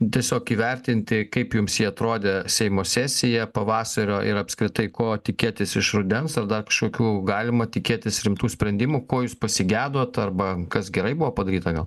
tiesiog įvertinti kaip jums ji atrodė seimo sesija pavasario ir apskritai ko tikėtis iš rudens ar dar kažkokių galima tikėtis rimtų sprendimų ko jūs pasigedot arba kas gerai buvo padaryta gal